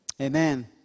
Amen